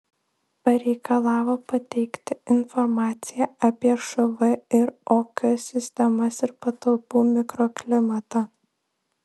pareikalavo pateikti informaciją apie šv ir ok sistemas ir patalpų mikroklimatą